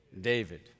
David